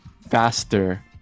faster